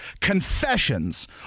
Confessions